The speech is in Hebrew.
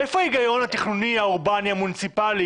איפה ההיגיון התכנוני האורבני-המוניציפאלי,